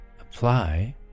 apply